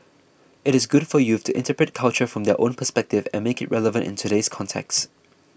it is good for youth to interpret culture from their own perspective and make it relevant in today's context